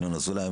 ינון אזולאי,